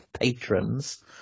patrons